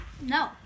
No